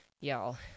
y'all